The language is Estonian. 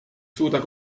suuda